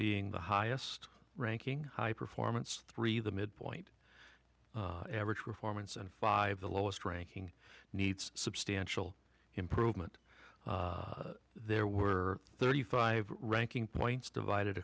being the highest ranking high performance three the midpoint average performance and five the lowest ranking needs substantial improvement there were thirty five ranking points divided